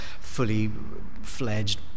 fully-fledged